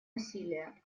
насилия